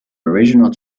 original